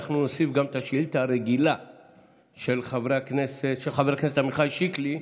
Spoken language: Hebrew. אנחנו נוסיף גם את השאילתה הרגילה של חבר הכנסת עמיחי שיקלי,